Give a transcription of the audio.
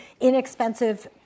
inexpensive